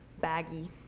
baggy